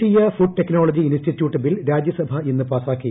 ദേശീയ food technology institutes bill Rajya Sabha ഇന്ന് പാസാക്കി